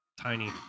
tiny